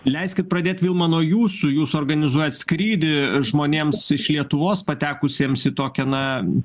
leiskit pradėt vilma nuo jūsų jūs organizuojat skrydį žmonėms iš lietuvos patekusiems į tokią na